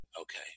Okay